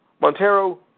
Montero